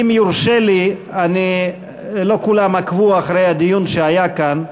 אם יורשה לי, לא כולם עקבו אחרי הדיון שהיה כאן.